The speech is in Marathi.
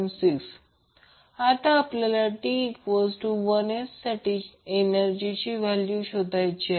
6 आता आपल्याला t1s साठी एनर्जीची व्हॅल्यू शोधायची आहे